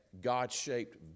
God-shaped